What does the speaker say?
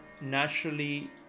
naturally